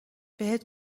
بهت